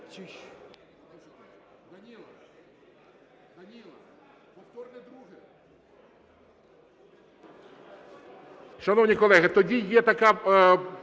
Шановні колеги, тоді є така